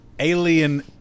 Alien